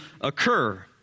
occur